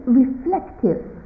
reflective